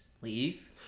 leave